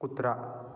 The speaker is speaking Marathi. कुत्रा